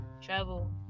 Travel